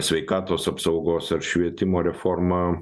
sveikatos apsaugos ar švietimo reforma